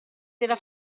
della